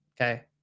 Okay